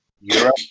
Europe